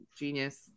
Genius